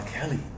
Kelly